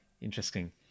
Interesting